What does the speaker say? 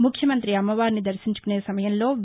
ముఖ్యమంత్రి అమ్మవారిని దర్శించుకొనే సమయంలో వి